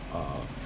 uh